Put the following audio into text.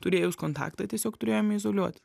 turėjus kontaktą tiesiog turėjome izoliuoti